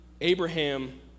Abraham